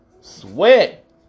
Sweat